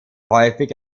häufig